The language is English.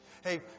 Hey